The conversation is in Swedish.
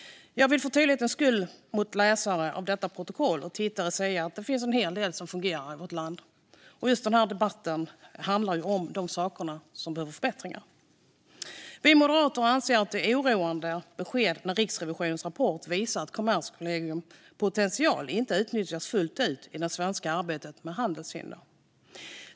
Jag vill för tydlighets skull gentemot läsare av protokollet och tittare säga att det finns en hel del som fungerar i vårt land. Just den här debatten handlar dock om saker där det behövs förbättringar. Vi moderater anser att det är oroande besked när Riksrevisionens rapport visar att Kommerskollegiums potential inte utnyttjas fullt ut i det svenska arbetet mot handelshinder.